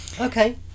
Okay